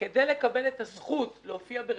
כדי לקבל את הזכות להופיע ברשימה,